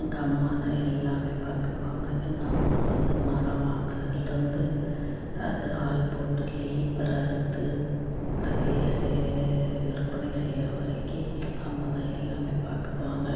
எங்கள் அம்மா தான் எல்லாமே பார்த்துக்குவாங்க எங்கள் அம்மா வந்து மரம் வாங்குறதுல் இருந்து அது ஆள் போட்டு லீப்பர் அறுத்து அது விற்பனை செய்கிற வரைக்கும் எங்கள் அம்மா தான் எல்லாமே பார்த்துக்குவாங்க